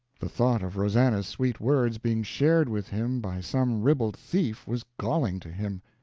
the thought of rosannah's sweet words being shared with him by some ribald thief was galling to him.